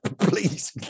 please